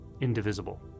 indivisible